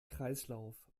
kreislauf